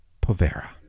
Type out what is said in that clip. Povera